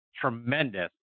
tremendous